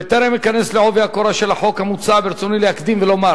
בטרם אכנס בעובי הקורה של החוק המוצע אקדים ואומר